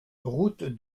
route